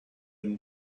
been